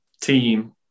team